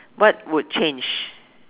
what would change